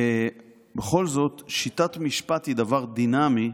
בכל זאת שיטת משפט היא דבר דינמי.